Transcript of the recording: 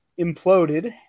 imploded